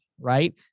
right